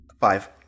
Five